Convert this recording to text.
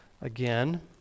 again